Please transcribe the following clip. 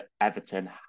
Everton